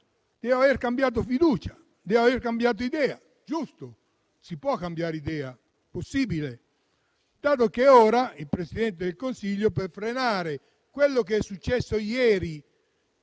deriva antidemocratica. Deve aver cambiato idea. Giusto: si può cambiare idea; è possibile, dato che ora il Presidente del Consiglio, per frenare quello che è successo ieri